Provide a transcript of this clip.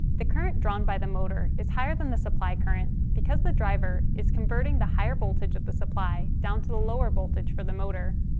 the current drawn by the motor is higher than the supply current because the driver is converting the higher voltage of the supply down to a lower voltage for the motor.